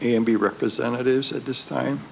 and be representatives at this time